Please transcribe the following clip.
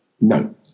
No